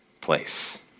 place